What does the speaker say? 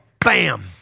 Bam